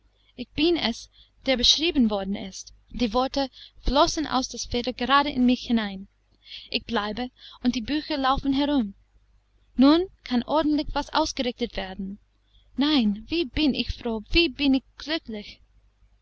ich bin es der beschrieben wor den ist die worte flossen aus der feder gerade in mich hinein ich bleibe und die bücher laufen herum nun kann ordentlich was ausgerichtet werden nein wie bin ich froh wie bin ich glücklich